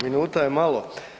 Minuta je malo.